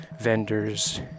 vendors